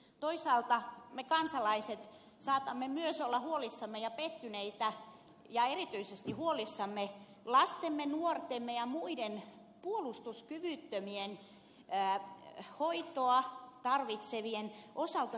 toisaalta me kansalaiset saatamme myös olla pettyneitä ja erityisesti huolissamme lastemme nuortemme ja muiden puolustuskyvyttömien hoitoa tarvitsevien osalta